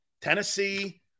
Tennessee